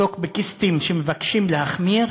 טוקבקיסטים שמבקשים להחמיר